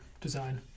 design